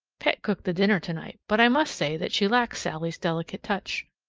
pet cooked the dinner tonight, but i must say that she lacks sallie's delicate touch.